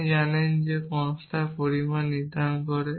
আপনি জানেন যে কনস্ট্রাক্ট পরিমাণ নির্ধারণ করে